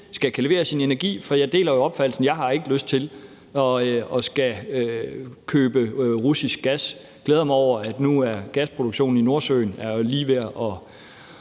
skal kunne levere sin energi. For jeg deler opfattelsen. Jeg har ikke lyst til at skulle købe russisk gas. Jeg glæder mig over, at nu er gasproduktionen i Nordsøen lige ved at